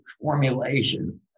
formulation